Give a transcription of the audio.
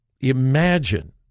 imagine